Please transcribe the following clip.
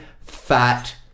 fat